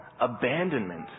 abandonment